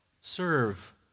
serve